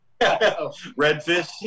Redfish